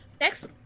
Next